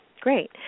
great